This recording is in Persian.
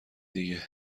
دیگه